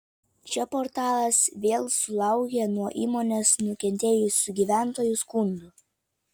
čia portalas vėl sulaukė nuo įmonės nukentėjusių gyventojų skundų